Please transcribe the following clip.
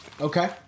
Okay